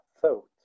thought